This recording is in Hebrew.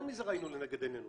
יותר מזה ראינו לנגד עינינו.